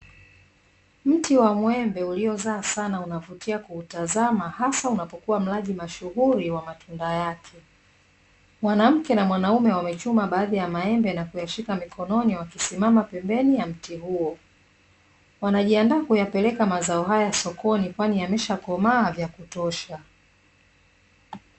Mti wa mwembe uliozaa sana unavutia kuutazama hasa unapokuwa mlaji mashuhuri wa matunda yake mwanamke na mwanaume wamechuma baadhi ya maembe na kuyashika mikononi wakisimama pembeni ya mti huo wanajiandaa kuyapeleka mazao haya sokoni kwani yameshakomaa vya kutosha